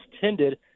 tended